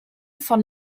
von